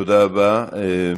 תודה רבה.